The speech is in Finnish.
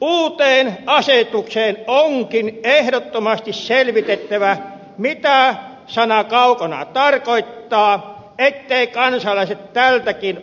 uuteen asetukseen onkin ehdottomasti selvitettävä mitä sana kaukana tarkoittaa etteivät kansalaiset tältäkin